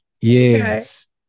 Yes